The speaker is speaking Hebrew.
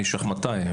אני שחמטאי.